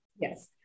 Yes